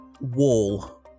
Wall